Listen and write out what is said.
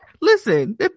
listen